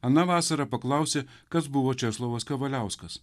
aną vasarą paklausė kas buvo česlovas kavaliauskas